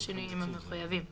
בשינויים המחויבים.";